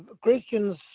Christians